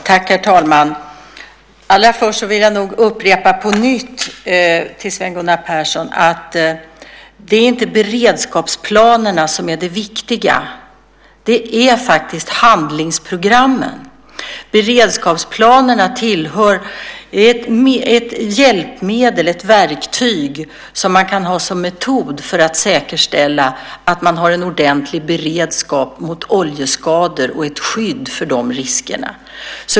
Herr talman! Först vill jag vända mig till Sven Gunnar Persson och upprepa att det inte är beredskapsplanerna som är det viktiga, utan det är handlingsprogrammen. Beredskapsplanerna är ett hjälpmedel, ett verktyg, som man kan ha för att säkerställa att man har en ordentlig beredskap mot oljeskador och ett skydd mot de riskerna.